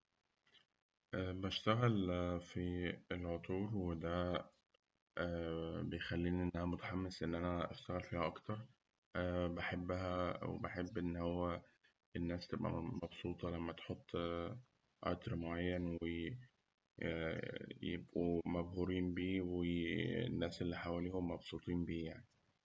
بشتغل في العطور وده بيخليني إن أنا متحمس إن أنا أشتغل فيها أكتر، بحبها وبحب إن هو الناس تبقى مبسوطة لما تحط عطر وي- يبقوا مبهورين بيه، والناس اللي حواليهم مبسوطين بيه يعني.